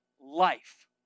life